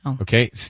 Okay